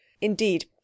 Indeed